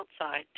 outside